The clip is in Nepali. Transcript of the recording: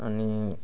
अनि